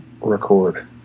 Record